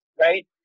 right